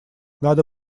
надо